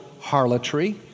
harlotry